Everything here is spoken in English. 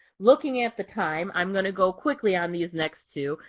looking at the time, i'm going to go quickly on these next two,